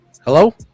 Hello